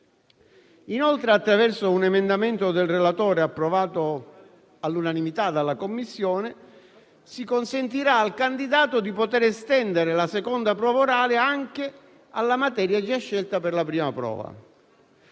Inoltre, attraverso un emendamento del relatore approvato all'unanimità dalla Commissione, si consentirà al candidato di poter estendere la seconda prova orale anche alla materia già scelta per la prima prova.